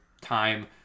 time